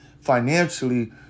financially